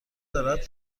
دارد